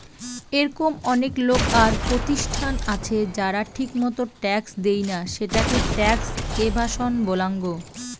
এরকম অনেক লোক আর প্রতিষ্ঠান আছে যারা ঠিকমতো ট্যাক্স দেইনা, সেটাকে ট্যাক্স এভাসন বলাঙ্গ